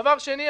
דבר שני,